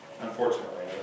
Unfortunately